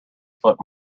foot